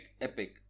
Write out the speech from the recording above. epic